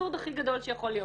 האבסורד הכי גדול שיכול להיות,